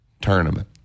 tournament